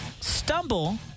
stumble